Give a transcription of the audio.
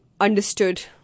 understood